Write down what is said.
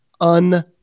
un-